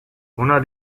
una